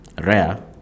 rare